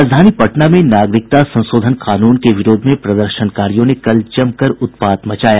राजधानी पटना में नागरिकता संशोधन कानून के विरोध में प्रदर्शनकारियों ने कल जमकर उत्पात मचाया